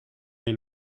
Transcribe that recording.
est